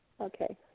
Okay